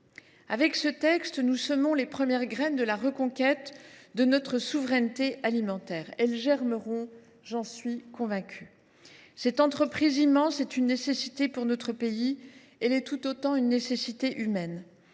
Avec ce texte, nous semons les premières graines de la reconquête de notre souveraineté alimentaire. Elles germeront, j’en suis convaincue. Cette entreprise immense est une nécessité pour notre pays, elle est tout autant une nécessité humaine.